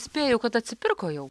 spėju kad atsipirko jau